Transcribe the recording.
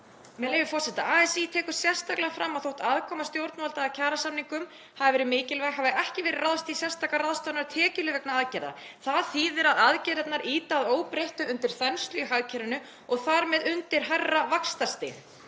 með leyfi forseta: „ASÍ tekur sérstaklega fram að þótt aðkoma stjórnvalda að kjarasamningum hafi verið mikilvæg hafi ekki verið ráðist í sérstakar ráðstafanir á tekjuhlið vegna aðgerðanna. „Það þýðir að aðgerðirnar ýta að óbreyttu undir þenslu í hagkerfinu, og þar með undir hærra vaxtastig.